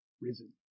risen